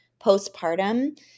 postpartum